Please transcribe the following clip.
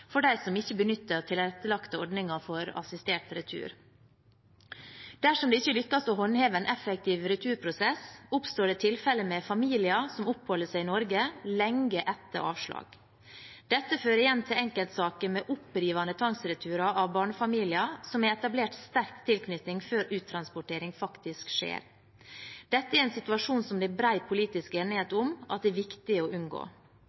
for dem som ikke benytter tilrettelagte ordninger for assistert retur. Dersom det ikke lykkes å håndheve en effektiv returprosess, oppstår det tilfeller med familier som oppholder seg i Norge lenge etter avslag. Dette fører igjen til enkeltsaker med opprivende tvangsreturer av barnefamilier som har etablert sterk tilknytning før uttransportering faktisk skjer. Dette er en situasjon som det er bred politisk enighet om at det er viktig å unngå.